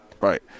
Right